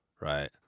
right